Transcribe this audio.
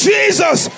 Jesus